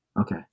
Okay